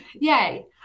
Yay